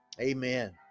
amen